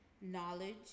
knowledge